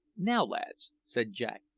now, lads, said jack,